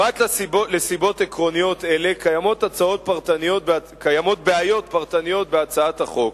פרט לסיבות עקרוניות אלה קיימות בעיות פרטניות בהצעת החוק,